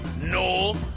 No